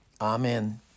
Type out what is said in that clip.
Amen